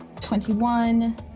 twenty-one